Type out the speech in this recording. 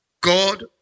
God